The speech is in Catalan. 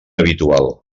habitual